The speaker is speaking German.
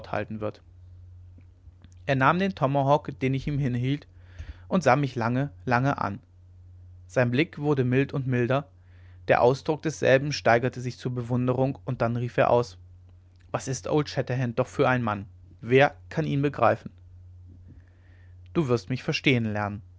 halten wird er nahm den tomahawk den ich ihm hinhielt und sah mich lange lange an sein blick wurde mild und milder der ausdruck desselben steigerte sich zur bewunderung und dann rief er aus was ist old shatterhand doch für ein mann wer kann ihn begreifen du wirst mich verstehen lernen